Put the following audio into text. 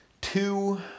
two